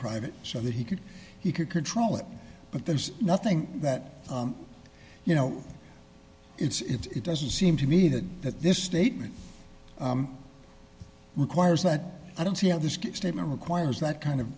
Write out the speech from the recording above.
private so that he could he could control it but there's nothing that you know it's it doesn't seem to me that that this statement requires that i don't see how this statement requires that kind of